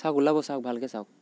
চাওক ওলাব চাওক ভালকৈ চাওক